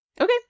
Okay